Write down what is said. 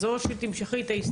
אז או שתמשכי את ההסתייגות,